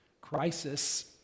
crisis